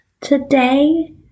today